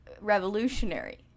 revolutionary